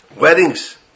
Weddings